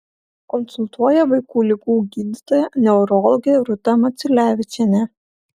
konsultuoja vaikų ligų gydytoja neurologė rūta maciulevičienė